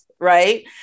Right